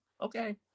okay